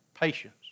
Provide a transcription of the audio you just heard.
patience